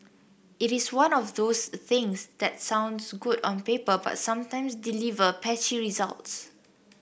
it is one of those things that sounds good on paper but sometimes deliver patchy results